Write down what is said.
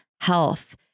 health